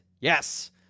Yes